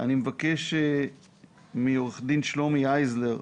אני מבקש מעורך דין שלומי הייזלר,